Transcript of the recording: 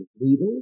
leaders